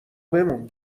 بمون